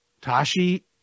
Tashi